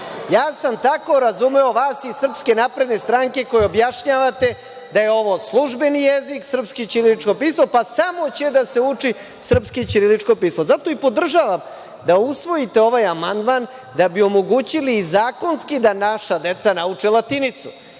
sam tako razumeo vas iz SNS koji objašnjavate da je ovo službeni jezik srpski, ćirilično pismo, pa samo će da se uči srpsko ćirilično pismo. Zato i podržavam da usvojite ovaj amandman, da bi omogućili zakonski da naša deca nauče latinicu.